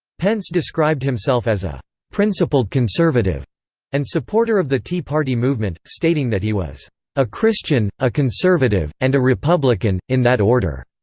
pence described himself as a principled conservative and supporter of the tea party movement, stating that he was a christian, a conservative, and a republican, in that order.